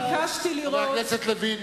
חבר הכנסת לוין.